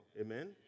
Amen